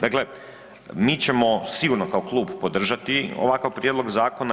Dakle, mi ćemo sigurno kao klub podržati ovakav prijedlog zakona.